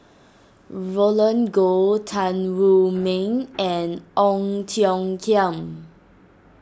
Roland Goh Tan Wu Meng and Ong Tiong Khiam